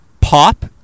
pop